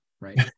right